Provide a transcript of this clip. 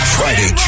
Friday